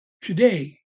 today